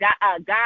god